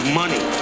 money